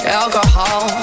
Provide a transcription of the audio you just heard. alcohol